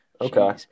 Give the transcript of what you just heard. Okay